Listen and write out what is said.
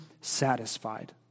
satisfied